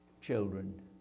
children